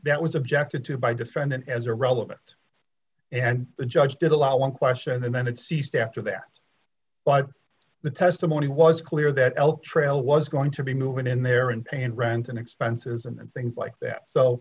that was objected to by defendant as irrelevant and the judge did allow one question and then it ceased after that but the testimony was clear that al trail was going to be moving in there and paying rent and expenses and things like that so